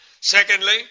Secondly